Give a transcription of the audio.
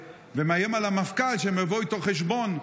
ומאיים על המפכ"ל שהם יבואו איתו חשבון.